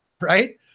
right